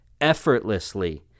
effortlessly